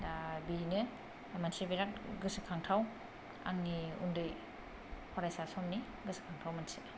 दा बेनो मोनसे बिराद गोसोखांथाव आंनि उन्दै फरायसा समनि गोसोखांथाव मोनसे